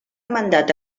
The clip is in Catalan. mandat